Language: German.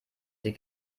sie